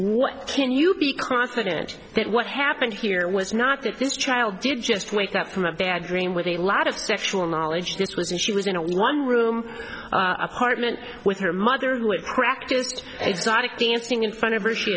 what can you be confident that what happened here was not that this child did just wake that from a bad dream with a lot of sexual knowledge this was and she was in a one room apartment with her mother with practised exotic dancing in front of her she